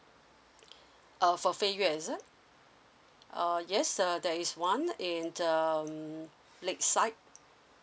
uh for fei yue is it uh yes uh there is one in uh lake side